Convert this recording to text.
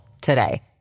today